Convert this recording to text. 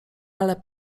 ale